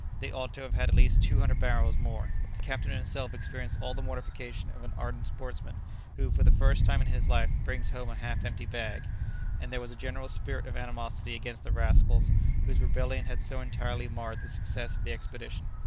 they ought to have had at least two hundred barrels more. the captain himself experienced all the mortification of an ardent sportsman who for the first time in his life brings home a half-empty bag and there was a general spirit of animosity against the rascals whose rebellion had so entirely marred the success of the expedition.